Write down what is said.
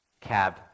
Cab